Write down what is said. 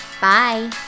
Bye